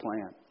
plan